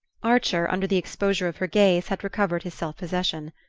archer, under the exposure of her gaze, had recovered his self-possession.